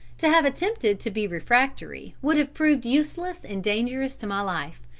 to have attempted to be refractory would have proved useless and dangerous to my life,